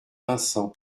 vincent